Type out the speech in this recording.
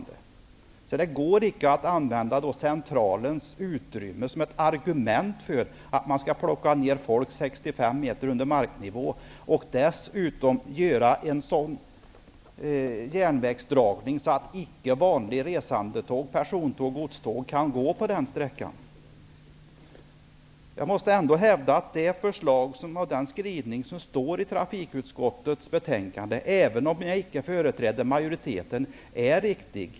Det går alltså icke att använda Centralens utrymme som ett argument för att folk skall tas ned 65 meter under marknivå, samtidigt som man skall göra en sådan järnvägsdragning att icke vanliga resandetåg, persontåg och godståg kan köras på den sträckan. Jag måste ändå hävda att trafikutskottets skrivning i betänkandet -- även om jag inte företräder majoriteten -- är riktig.